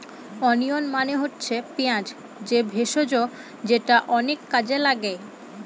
onion মানে হচ্ছে পেঁয়াজ যে ভেষজ যেটা অনেক কাজে লাগে